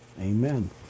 Amen